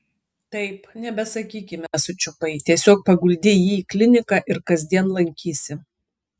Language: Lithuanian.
taip nebesakykime sučiupai tiesiog paguldei jį į kliniką ir kasdien lankysi